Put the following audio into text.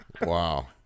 Wow